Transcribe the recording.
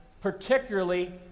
particularly